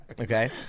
Okay